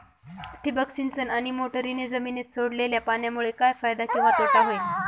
ठिबक सिंचन आणि मोटरीने जमिनीत सोडलेल्या पाण्यामुळे काय फायदा किंवा तोटा होईल?